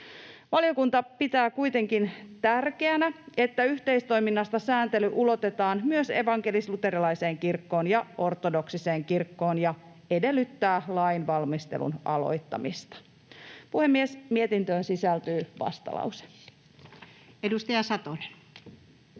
Valiokunta pitää kuitenkin tärkeänä, että yhteistoiminnasta sääntely ulotetaan myös evankelis-luterilaiseen kirkkoon ja ortodoksiseen kirkkoon, ja edellyttää lainvalmistelun aloittamista. Puhemies! Mietintöön sisältyy vastalause. [Speech